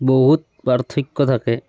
বহুত পাৰ্থক্য থাকে